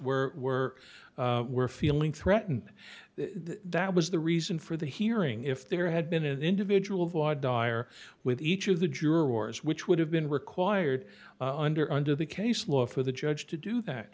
jurors were were feeling threatened that was the reason for the hearing if there had been an individual voir dire with each of the jurors which would have been required under under the case law for the judge to do that